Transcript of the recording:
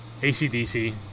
ACDC